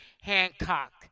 Hancock